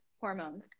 hormones